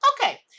Okay